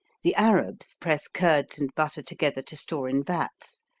the arabs press curds and butter together to store in vats,